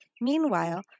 Meanwhile